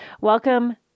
welcome